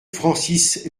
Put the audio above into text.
francis